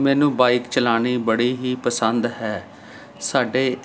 ਮੈਨੂੰ ਬਾਈਕ ਚਲਾਉਣੀ ਬੜੇ ਹੀ ਪਸੰਦ ਹੈ ਸਾਡੇ